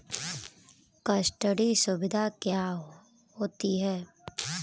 Custody सुविधा क्या होती है?